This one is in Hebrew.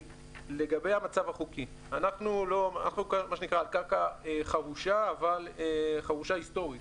לגבי המצב החוקי אנחנו מה שנקרא על קרקע חרושה אבל חרושה היסטורית.